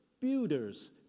builders